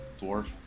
dwarf